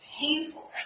painful